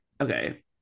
okay